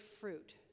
fruit